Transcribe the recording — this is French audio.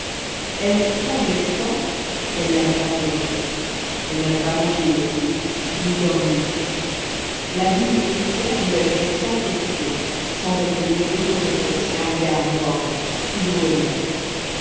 elle tremblait tant qu'elle n'avait pas pleuré elle n'avait pas mangé non plus ni dormi la digne fruitière lui avait fait cent questions sans obtenir d'autre réponse qu'un regard morne toujours le même